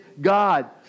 God